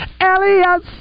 Elias